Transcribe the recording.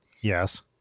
Yes